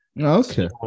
Okay